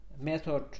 method